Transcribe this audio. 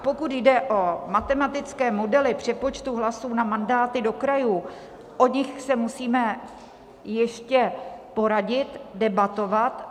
Pokud jde o matematické modely přepočtu hlasů na mandáty do krajů, o nich se musíme ještě poradit, debatovat.